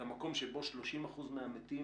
את המקום שבו 30% מהמתים,